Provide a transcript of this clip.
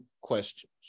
questions